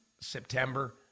September